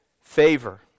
favor